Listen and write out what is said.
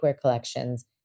collections